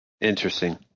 interesting